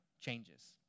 changes